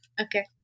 Okay